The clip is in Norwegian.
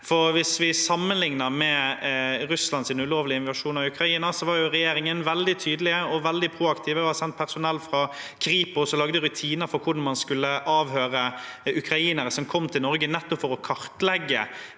ICC. Hvis vi sammenligner dette med Russlands ulovlige invasjon av Ukraina, var regjeringen veldig tydelig og veldig proaktiv. Man har sendt personell fra Kripos og lagd rutiner for hvordan man skulle avhøre ukrainere som kom til Norge, nettopp for å kartlegge